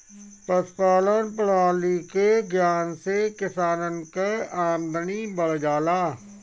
पशुपालान प्रणाली के ज्ञान से किसानन कअ आमदनी बढ़ जाला